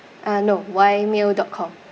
uh no y mail dot com